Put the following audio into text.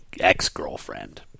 ex-girlfriend